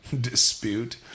dispute